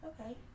Okay